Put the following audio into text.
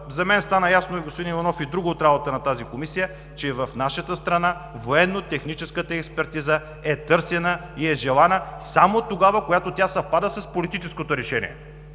за мен стана ясно, господин Иванов, и друго от работата на тази Комисия, че в нашата страна военнотехническата експертиза е търсена и желана само тогава, когато тя съвпада с политическото решение,